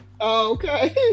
Okay